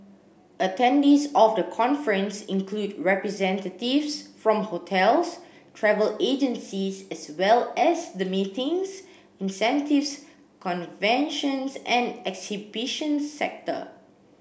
attendees of the conference include representatives from hotels travel agencies as well as the meetings incentives conventions and exhibitions sector